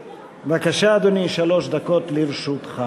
בבקשה, אדוני, שלוש דקות לרשותך.